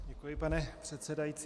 Děkuji, pane předsedající.